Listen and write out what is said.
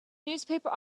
newspaper